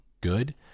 good